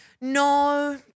No